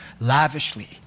lavishly